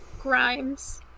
Grimes